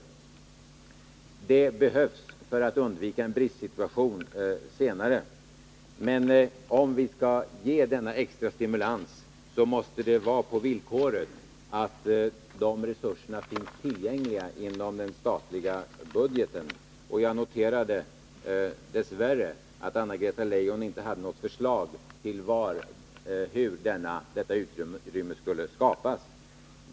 Ett ökat byggande behövs för att undvika en bristsituation senare, men om vi skall ge denna extra stimulans, måste det vara på villkor att resurserna finns tillgängliga inom den statliga budgeten. Jag noterade att Anna-Greta Leijon dess värre inte hade något förslag till hur detta utrymme skulle skapas.